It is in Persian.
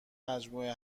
مجموعه